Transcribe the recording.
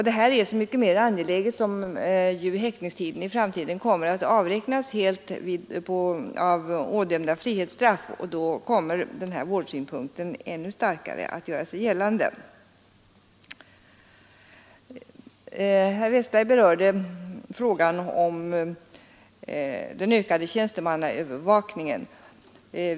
Detta är så mycket mer angeläget som ju häktningstiden i framtiden kommer att avräknas helt av ådömda frihetsstraff, och då kommer vårdsynpunkten ännu starkare att göra sig gällande. Herr Westberg i Ljusdal berörde frågan om den ökade tjänstemannaövervakningen.